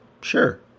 sure